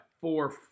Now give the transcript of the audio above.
four